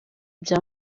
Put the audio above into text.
bya